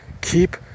keep